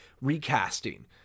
recasting